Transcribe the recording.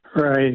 Right